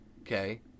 Okay